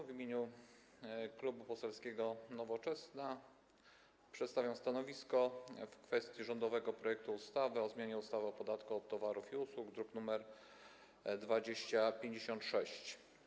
W imieniu Klubu Poselskiego Nowoczesna przedstawiam stanowisko w sprawie rządowego projektu ustawy o zmianie ustawy o podatku od towarów i usług, druk nr 2056.